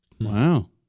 Wow